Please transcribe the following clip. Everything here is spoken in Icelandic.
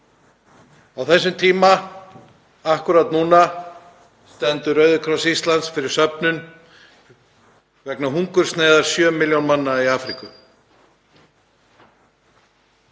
Á þessum tíma, akkúrat núna, stendur Rauði krossinn á Íslandi fyrir söfnun vegna hungursneyðar sjö milljóna manna í Afríku.